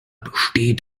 besteht